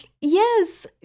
yes